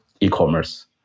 e-commerce